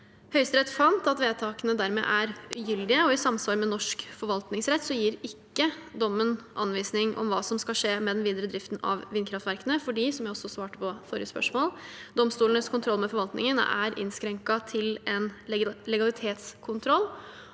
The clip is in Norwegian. Høyesterett fant at vedtakene dermed er ugyldige. I samsvar med norsk forvaltningsrett gir ikke dommen anvisning om hva som skal skje med den videre driften av vindkraftverkene, fordi – som jeg også svarte på forrige spørsmål – domstolenes kontroll med forvaltningen er innskrenket til en legalitetskontroll,